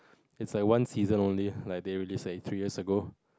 it's a one season only like they released like three years ago